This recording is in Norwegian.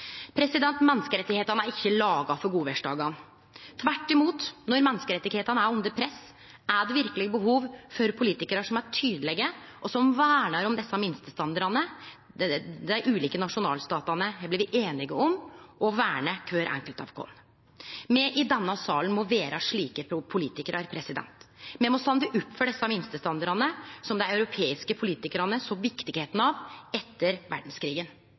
er ikkje laga for godvêrsdagane. Tvert imot, når menneskerettane er under press, er det verkeleg behov for politikarar som er tydelege, og som vernar om dei minstestandardane dei ulike nasjonalstatane er blitt einige om å verne for kvar enkelt av oss. Me i denne salen må vere slike politikarar. Me må stå opp for dei minstestandardane som dei europeiske politikarane såg på som viktige etter verdskrigen.